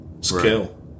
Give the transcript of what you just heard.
scale